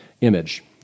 image